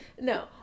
No